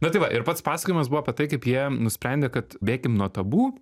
na tai va ir pats pasakojimas buvo apie tai kaip jie nusprendė kad bėkim nuo tabu